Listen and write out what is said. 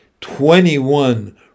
Twenty-one